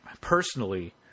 personally